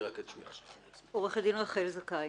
אני